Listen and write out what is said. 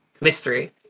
Mystery